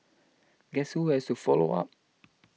guess who has to follow up